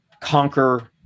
conquer